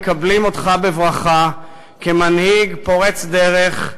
מקבל אותך בברכה כמנהיג פורץ דרך,